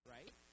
Right